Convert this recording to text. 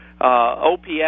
OPS